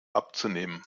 abzunehmen